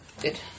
Good